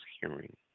hearing